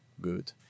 good